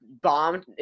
bombed